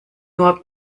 nur